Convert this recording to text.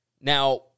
Now